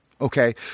Okay